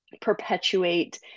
perpetuate